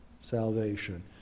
salvation